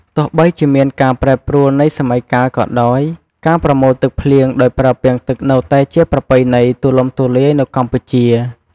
ទោះបីជាមានការប្រែប្រួលនៃសម័យកាលក៏ដោយ ការប្រមូលទឹកភ្លៀងដោយប្រើពាងទឹកនៅតែជាប្រពៃណីទូលំទូលាយនៅកម្ពុជា។